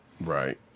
Right